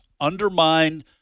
undermine